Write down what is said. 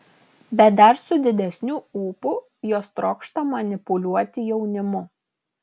bet dar su didesniu ūpu jos trokšta manipuliuoti jaunimu